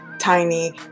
tiny